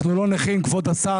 אנחנו לא נכים, כבוד השר.